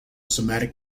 semantic